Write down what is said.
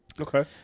Okay